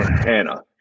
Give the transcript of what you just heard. hannah